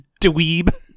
dweeb